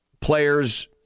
players